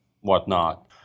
whatnot